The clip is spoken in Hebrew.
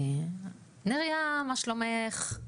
נריה מה שלומך?